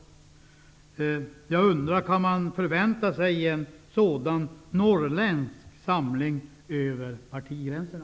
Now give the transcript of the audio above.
Jag undrar om man kan förvänta sig en sådan norrländsk samling över partigränserna.